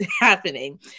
happening